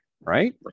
right